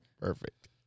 Perfect